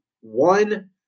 one